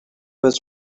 was